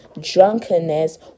drunkenness